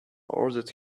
ordered